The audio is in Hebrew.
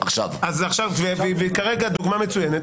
זו דוגמה מצוינת